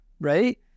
right